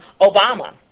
Obama